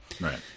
Right